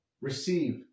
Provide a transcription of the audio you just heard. Receive